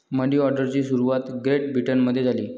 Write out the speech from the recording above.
मनी ऑर्डरची सुरुवात ग्रेट ब्रिटनमध्ये झाली